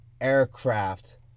aircraft